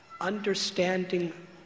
understanding